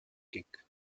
kick